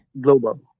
Global